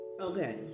okay